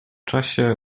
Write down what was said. czasie